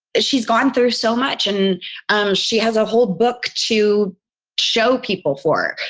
she's gone through so much and um she has a whole book to show people for.